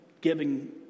giving